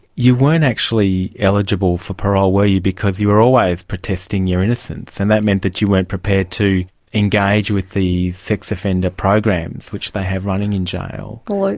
you weren't actually eligible for parole were you, because you were always protesting your innocence and that meant that you weren't prepared to engage with the sex offender programs which they have running in jail? well, ah